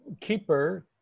Keeper